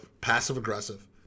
passive-aggressive